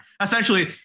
essentially